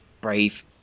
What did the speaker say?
Brave